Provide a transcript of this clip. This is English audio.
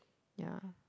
ya